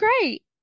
great